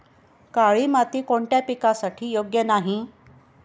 काळी माती कोणत्या पिकासाठी योग्य नाही?